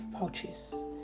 pouches